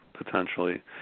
potentially